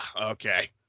okay